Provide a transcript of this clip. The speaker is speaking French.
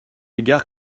égard